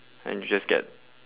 and you just get